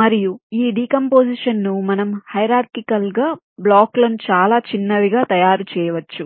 మరియు ఈ డీకంపోజిషన్ ను మనం హిరార్చికల్ గా బ్లాక్లను చాలా చిన్నవి గా తయారు చేయవచ్చు